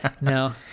No